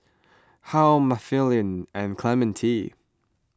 Harl Mathilde and Clemente